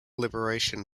liberation